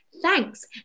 thanks